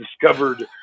discovered